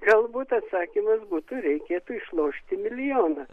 galbūt atsakymas būtų reikėtų išlošti milijoną